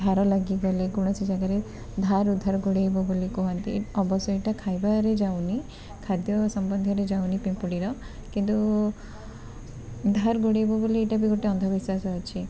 ଧାର ଲାଗିଗଲେ କୌଣସି ଜାଗାରେ ଧାର ଉଧାର ଗୁଡ଼େଇବ ବୁଲି କୁହନ୍ତି ଅବଶ୍ୟ ଏଇଟା ଖାଇବାରେ ଯାଉନି ଖାଦ୍ୟ ସମ୍ବନ୍ଧରେ ଯାଉନି ପିମ୍ପୁଡ଼ିର କିନ୍ତୁ ଧାର୍ ଗୁଡ଼େଇବ ବୁଲି ଏଇଟାବି ଗୋଟେ ଅନ୍ଧବିଶ୍ୱାସ ଅଛି